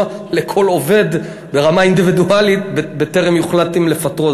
לכל עובד ברמה אינדיבידואלית בטרם יוחלט אם לפטרו.